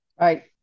Right